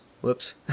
whoops